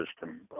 system